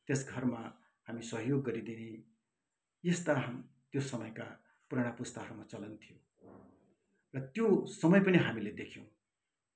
त्यस घरमा हामी सहयोग गरिदिने यस्ता हा त्यो समयका पुरानो पुस्ताहरूको चलन थियो र त्यो समय पनि हामीले देख्यौँ